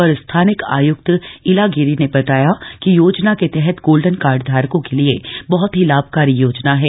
अपर स्थानिक आय्क्त इला गिरी ने बताया कि योजना के तहत गोल्डन कार्डधारकों के लिये बहत ही लाभकारी योजना है